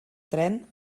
tren